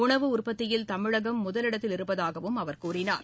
உணவு உற்பத்தியில் தமிழகம் முதலிடத்தில் இருப்பதாகவம் அவர் கூறினார்